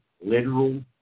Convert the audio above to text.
literal